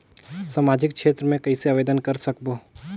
समाजिक क्षेत्र मे कइसे आवेदन कर सकबो?